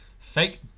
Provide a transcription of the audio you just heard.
Fake